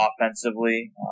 offensively